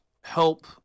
help